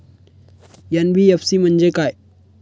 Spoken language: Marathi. एन.बी.एफ.सी म्हणजे काय?